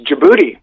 Djibouti